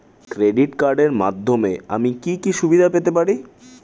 Credit কার্ডের মাধ্যমে আমি কি কি সুবিধা পেতে পারি?